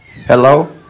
Hello